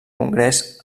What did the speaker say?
congrés